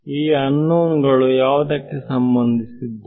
ಈ ಅನ್ನೋನ್ ಗಳು ಯಾವುದಕ್ಕೆ ಸಂಬಂಧಿಸಿದ್ದು